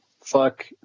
fuck